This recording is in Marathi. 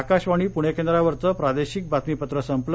आकाशवाणी पुणे केंद्रावरचं प्रादेशिक बातमीपत्र संपलं